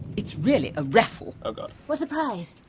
it's really a raffle. oh god. what's the prize?